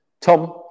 Tom